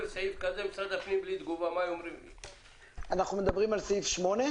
מדברים על סעיף 8?